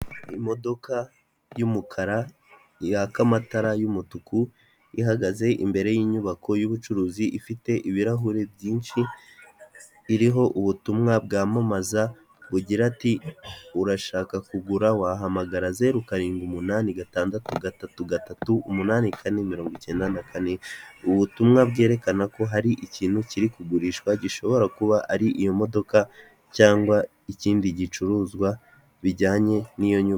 Imodoka y'umukara yaka amatara y'umutuku, ihagaze imbere y'inyubako y'ubucuruzi. Ifite ibirahure byinshi, iriho ubutumwa bwamamaza. Bugira ati urashaka kugura wahamagara zeru karindwi umunani gatandatu gatatu gatatu umunani ikane mirongo icyenda na kane. Ubutumwa bwerekana ko hari ikintu kiri kugurishwa, gishobora kuba ari iyo modoka cyangwa ikindi gicuruzwa bijyanye n'iyo nyuba.